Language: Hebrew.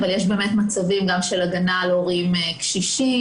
יש גם מצבים של הגנה על הורים קשישים